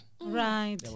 right